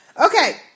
Okay